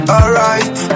Alright